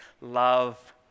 love